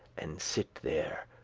and sitte there,